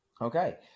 Okay